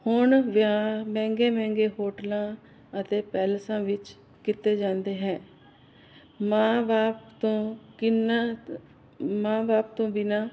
ਹੁਣ ਵਿਆਹ ਮਹਿੰਗੇ ਮਹਿੰਗੇ ਹੋਟਲਾਂ ਅਤੇ ਪੈਲਸਾਂ ਵਿੱਚ ਕੀਤੇ ਜਾਂਦੇ ਹੈ ਮਾਂ ਬਾਪ ਤੋਂ ਕਿੰਨਾ ਮਾਂ ਬਾਪ ਤੋਂ ਬਿਨਾਂ